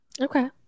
Okay